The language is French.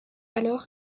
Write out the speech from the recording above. alors